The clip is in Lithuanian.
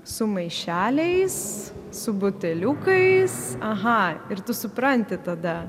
su maišeliais su buteliukais aha ir tu supranti tada